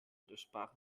widersprach